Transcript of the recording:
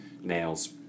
nails